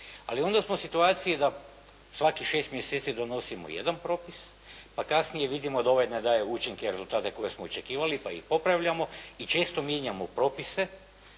ali onda smo u situaciji da svakih 6 mjeseci donosimo jedan propis pa kasnije vidimo da ovaj ne daje učinke i rezultate koje smo očekivali pa ih popravljamo i često mijenjamo propise